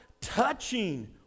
touching